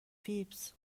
فیبز